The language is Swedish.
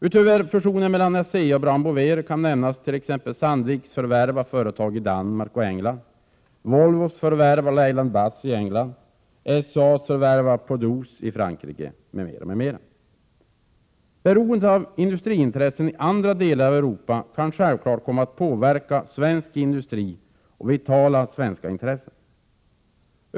Utöver fusionen mellan Asea och Brown Boveri kan nämnas t.ex. Sandviks förvärv av företag i Danmark och England, Volvos förvärv av Leyland Bus i England och SCA:s förvärv av Peaudouce i Frankrike. Beroendet av industriintressen i andra delar av Europa kan självfallet komma att påverka svensk industri och vitala svenska intressen.